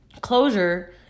closure